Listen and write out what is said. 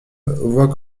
voit